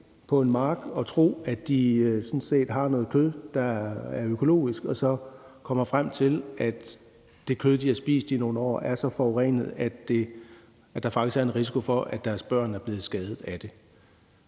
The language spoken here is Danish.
på en mark og de sådan set tror, at de har noget kød, der er økologisk, og de så kommer frem til, at det kød, som de igennem nogle år har spist, er så forurenet, at der faktisk er en risiko for, at deres børn er blevet skadet af det.